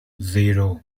zero